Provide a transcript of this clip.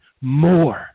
more